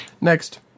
Next